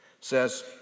says